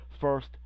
First